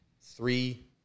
three